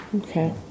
okay